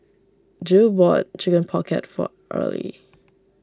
Gil bought Chicken Pocket for Erle